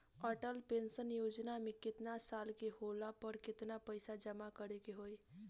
Atal pension Yojana मे केतना साल के होला पर केतना पईसा जमा करे के होई?